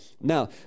Now